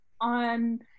on